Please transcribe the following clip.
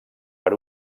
per